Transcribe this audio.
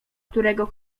którego